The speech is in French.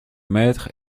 maître